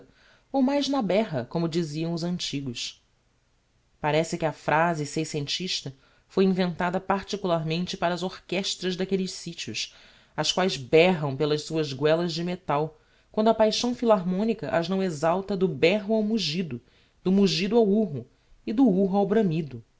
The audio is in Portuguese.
ou mais na berra como diziam os antigos parece que a phrase seiscentista foi inventada particularmente para as orchestras d'aquelles sitios as quaes berram pelas suas guelas de metal quando a paixão philarmonica as não exalta do berro ao mugido do mugido ao urro e do urro